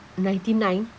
ninety nine